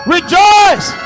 Rejoice